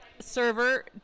server